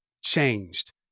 changed